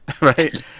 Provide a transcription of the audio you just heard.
right